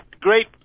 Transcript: great